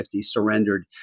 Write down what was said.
surrendered